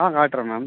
ஆ காட்டுறேன் மேம்